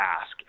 ask